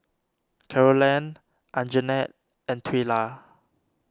Carolann Anjanette and Twila